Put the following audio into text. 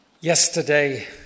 yesterday